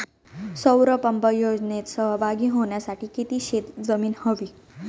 सौर पंप योजनेत सहभागी होण्यासाठी किती शेत जमीन हवी?